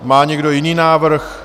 Má někdo jiný návrh?